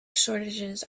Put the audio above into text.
shortages